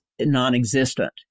non-existent